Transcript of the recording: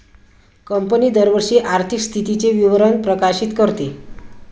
company दरवर्षी आर्थिक स्थितीचे विवरण प्रकाशित करते